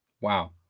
Wow